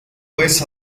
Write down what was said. pues